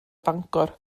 bangor